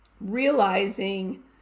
realizing